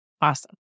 awesome